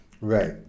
Right